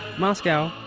moscow.